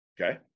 Okay